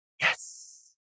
yes